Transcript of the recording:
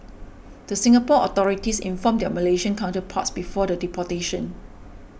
the Singapore authorities informed their Malaysian counterparts before the deportation